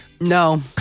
No